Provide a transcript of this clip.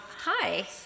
Hi